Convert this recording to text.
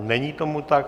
Není tomu tak.